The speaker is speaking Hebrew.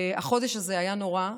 והחודש הזה היה נורא.